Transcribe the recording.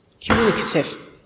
communicative